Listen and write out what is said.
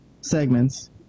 segments